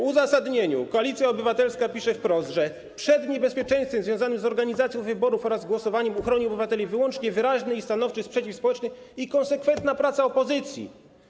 W uzasadnieniu Koalicja Obywatelska pisze wprost, że przed niebezpieczeństwem związanym z organizacją wyborów oraz głosowaniem uchronił obywateli wyłącznie wyraźny i stanowczy sprzeciw społeczny i konsekwentna praca opozycji.